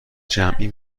جمعی